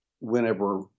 whenever